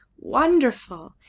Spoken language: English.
wonderful!